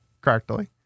correctly